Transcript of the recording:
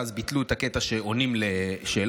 ואז ביטלו את הקטע שעונים על שאלות,